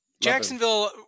Jacksonville